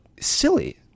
silly